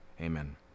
Amen